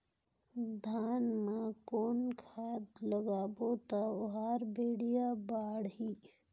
धान मा कौन खाद लगाबो ता ओहार बेडिया बाणही?